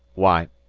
why,